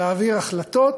להעביר החלטות